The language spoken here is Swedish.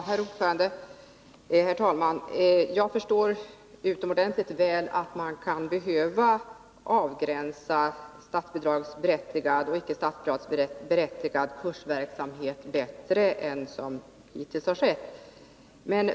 Herr talman! Jag förstår utomordentligt väl att man kan behöva avgränsa statsbidragsberättigad och icke statsbidragsberättigad kursverksamhet bättre än som hittills har skett.